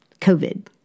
covid